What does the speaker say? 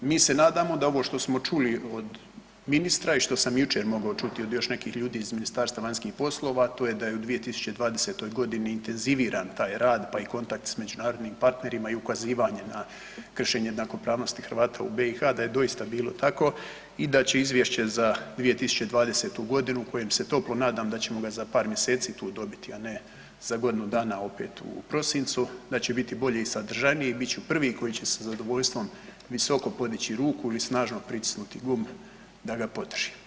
Mi se nadamo da ovo što smo čuli od ministra i što sam jučer mogao čuti od još nekih ljudi iz Ministarstva vanjskih poslova, to je da je u 2020. godini intenziviran taj rad, pa i kontakti s međunarodnim parterima i ukazivanje na kršenje jednakopravnosti Hrvata u BiH, da je doista bilo tako i da je izvješće za 2020. godinu kojem se toplo nadam da ćemo ga za par mjeseci tu dobiti, a ne za godinu dana opet u prosincu, da će biti bolje i sadržajnije, bit ću prvi koji će sa zadovoljstvom visoko podići ruku i snažno pritisnuti gumb da ga podržim.